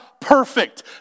perfect